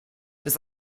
das